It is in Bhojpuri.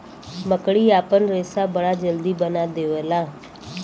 मकड़ी आपन रेशा बड़ा जल्दी बना देवला